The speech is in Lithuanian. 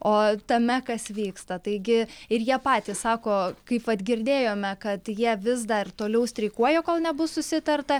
o tame kas vyksta taigi ir jie patys sako kaip vat girdėjome kad jie vis dar toliau streikuoja kol nebus susitarta